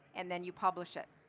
and then you publish it.